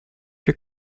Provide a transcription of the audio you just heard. your